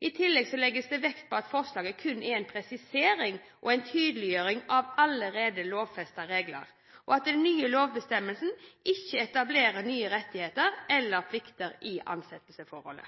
I tillegg legges det vekt på at forslaget kun er en presisering og en tydeliggjøring av allerede lovfestede regler, og at den nye lovbestemmelsen ikke etablerer nye rettigheter eller plikter i ansettelsesforholdet.